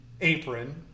apron